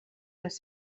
les